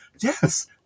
yes